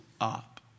up